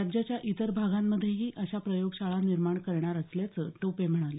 राज्याच्या इतर भागांतही अशा प्रयोगशाळा निर्माण करणार असल्याचं टोपे म्हणाले